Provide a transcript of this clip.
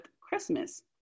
Christmas